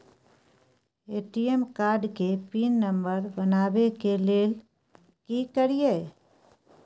ATM card के pin number बनाबै के लेल की करिए?